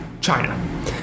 China